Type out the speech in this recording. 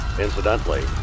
Incidentally